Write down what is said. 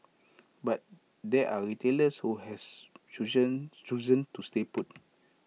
but there are retailers who has chosen to stay put